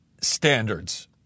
standards